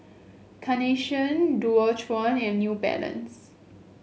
Carnation Dualtron and New Balance